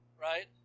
right